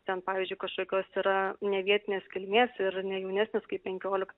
ten pavyzdžiui kažkokios yra ne vietinės kilmės ir ne jaunesnis kaip penkiolik